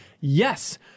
Yes